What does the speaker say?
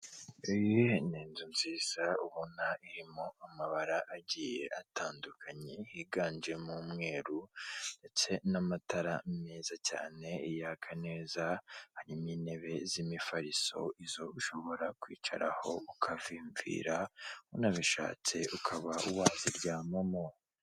Iyi ni inzu nziza ubona irimo amabara agiye atandukanye higanjemo umweru ndetse n'amatara meza cyane yaka neza hari intebe z'imifariso izo ushobora kwicaraho ukavimvira unabishatse ukaba waziryamamo.